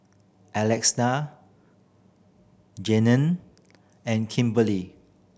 Alexa Jayne and Kimberely